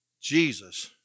Jesus